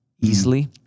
easily